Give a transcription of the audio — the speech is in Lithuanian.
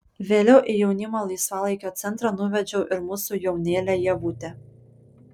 vėliau į jaunimo laisvalaikio centrą nuvedžiau ir mūsų jaunėlę ievutę